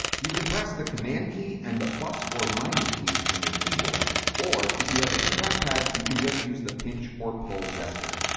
you can press the command key and the plus or minus keys on your keyboard or if you have a track pad, you can just use the pinch or pull gesture.